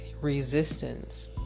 resistance